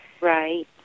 Right